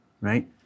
right